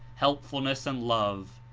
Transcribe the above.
helpfulness and love.